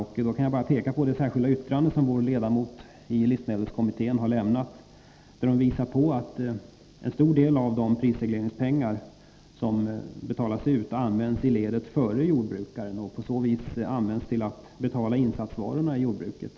Jag kan peka på det särskilda yttrande som vår ledamot i livsmedelskommittén har lämnat, där hon visar att en stor del av de prisregleringspengar som betalas ut används iledet före jordbrukaren och på det sättet utnyttjas till att betala insatsvarorna i jordbruket.